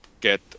get